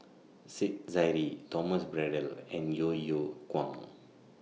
Said Zahari Thomas Braddell and Yeo Yeow Kwang